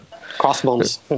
Crossbones